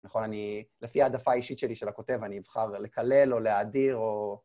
נכון, אני, לפי העדפה האישית שלי של הכותב, אני אבחר לקלל או להאדיר או...